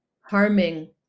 harming